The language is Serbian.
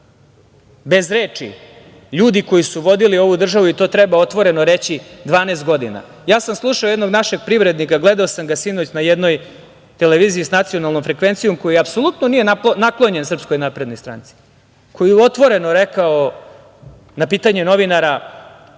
bez reči ljudi koji su vodili ovu državu, i to treba otvoreno reći, 12 godina. Ja sam slušao jednog našeg privrednika, gledao sam ga sinoć na jednoj televiziji sa nacionalnom frekvencijom koja apsolutno nije naklonjen SNS, koji je otvoreno rekao na pitanje novinara